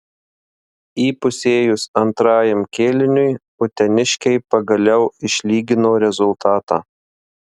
įpusėjus antrajam kėliniui uteniškiai pagaliau išlygino rezultatą